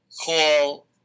call